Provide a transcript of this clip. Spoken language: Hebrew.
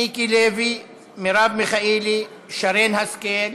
מיקי לוי, מרב מיכאלי, שרן השכל,